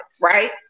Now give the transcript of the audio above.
right